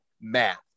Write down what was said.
math